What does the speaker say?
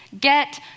get